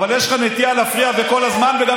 אבל יש לך נטייה להפריע בכל הזמן וגם